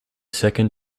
second